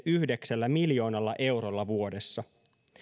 yhdeksällä miljoonalla eurolla vuodessa